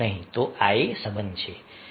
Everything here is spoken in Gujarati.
તો આ સંબંધ છે